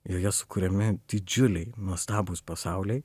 joje sukuriami didžiuliai nuostabūs pasauliai